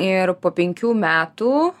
ir po penkių metų